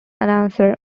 announcer